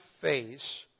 face